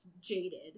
jaded